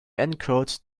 encode